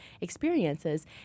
experiences